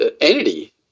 entity